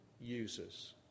users